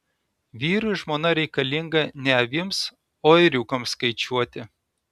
vyrui žmona reikalinga ne avims o ėriukams skaičiuoti